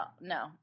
no